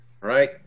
Right